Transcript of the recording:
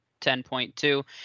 10.2